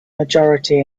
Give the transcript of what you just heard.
majority